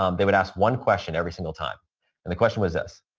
um they would ask one question every single time and the question was this,